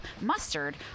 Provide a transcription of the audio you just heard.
mustard